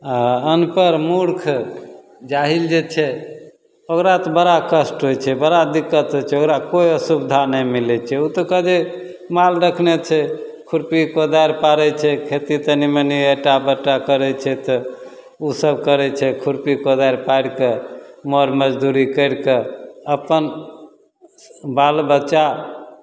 आओर अनपढ़ मुर्ख जाहिल जे छै ओकरा तऽ बड़ा कष्ट होइ छै बड़ा दिक्कत होइ छै ओकरा कोइ सुविधा नहि मिलय छै उ तऽ खाली माल रखने छै खुरपी कोदारि पाड़य छै खेती तनी मनी अटाय बटाय करय छै तऽ उ सब करय छै खुरपी कोदारि पाड़िकऽ मर मजदूरी करि कऽ अपन बाल बच्चा